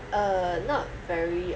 uh not very